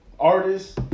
Artists